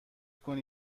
کنی